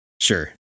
sure